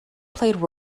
played